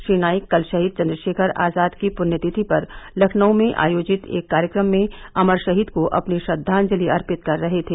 श्री नाईक कल शहीद चन्द्रशेखर आजाद की पृण्य तिथि पर लखनऊ में आयोजित एक कार्यक्रम में अमर शहीद को अपनी श्रद्वाजंति अर्पित कर रहे थे